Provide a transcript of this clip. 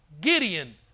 Gideon